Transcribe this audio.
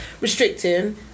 restricting